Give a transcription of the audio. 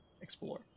explore